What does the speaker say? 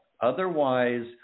Otherwise